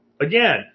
Again